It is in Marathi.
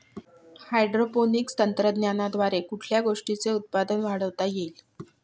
हायड्रोपोनिक्स तंत्रज्ञानाद्वारे कुठल्या गोष्टीचे उत्पादन वाढवता येईल?